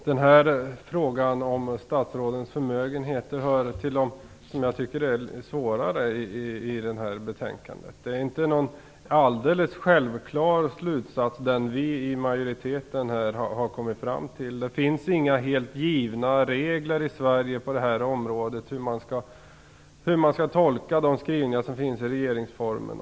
Fru talman! Frågan om statsrådens förmögenheter hör till dem som jag tycker tillhör de svårare i det här betänkandet. Den slutsats vi i majoriteten har kommit fram till är inte alldeles självklar. Det finns inga helt givna regler i Sverige på det här området om hur man skall tolka de skrivningar som finns i regeringsformen.